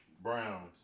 Browns